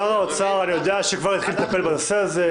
אני יודע ששר האוצר התחיל כבר לטפל בנושא הזה.